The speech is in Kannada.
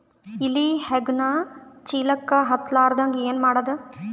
ಇಲಿ ಹೆಗ್ಗಣ ಚೀಲಕ್ಕ ಹತ್ತ ಲಾರದಂಗ ಏನ ಮಾಡದ?